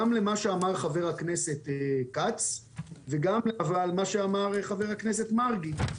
גם לעניין מה שאמר חבר הכנסת רון כץ וגם ולמה שאמר חבר הכנסת יעקב מרגי,